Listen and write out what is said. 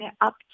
up